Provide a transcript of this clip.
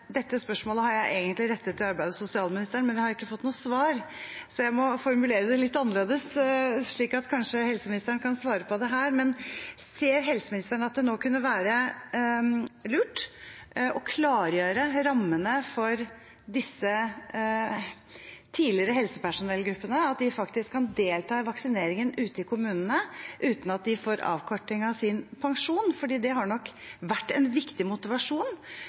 Dette spørsmålet har jeg egentlig rettet til arbeids- og sosialministeren, men jeg har ikke fått noe svar, så jeg må formulere det litt annerledes slik at kanskje helseministeren kan svare på det her. Ser helseministeren at det nå kunne være lurt å klargjøre rammene for disse tidligere helsepersonellgruppene, og at de faktisk kan delta i vaksineringen ute i kommunene uten at de får avkorting av sin pensjon? Det har nok vært en viktig motivasjon,